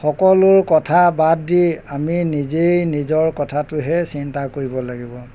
সকলোৰ কথা বাদ দি আমি নিজেই নিজৰ কথাটোহে চিন্তা কৰিব লাগিব